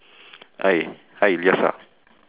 hi hi yes ah